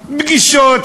פגישות,